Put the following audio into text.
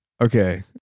Okay